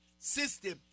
System